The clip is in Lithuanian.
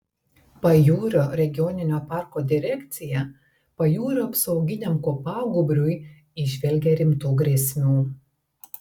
pajūrio regioninio parko direkcija pajūrio apsauginiam kopagūbriui įžvelgia rimtų grėsmių